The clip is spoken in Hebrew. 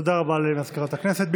תודה רבה למזכירת הכנסת.